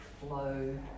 flow